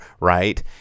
right